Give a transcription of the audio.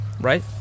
right